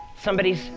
Somebody's